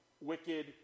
wicked